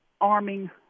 arming